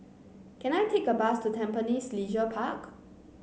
can I take a bus to Tampines Leisure Park